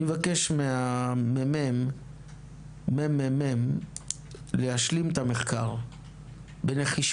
אני מבקש מהממ"מ להשלים את המחקר בנחישות,